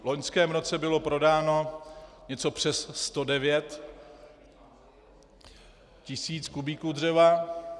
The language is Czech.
V loňském roce bylo prodáno něco přes 109 tisíc kubíků dřeva.